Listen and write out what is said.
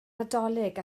nadolig